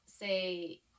say